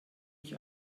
ich